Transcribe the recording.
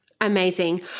Amazing